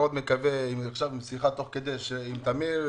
בשיחה עם טמיר,